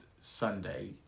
Sunday